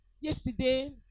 yesterday